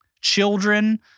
children